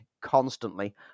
constantly